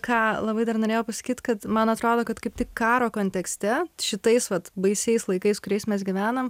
ką labai dar norėjau pasakyt kad man atrodo kad kaip tik karo kontekste šitais vat baisiais laikais kuriais mes gyvenam